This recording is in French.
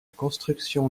construction